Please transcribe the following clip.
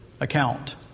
account